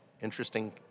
interesting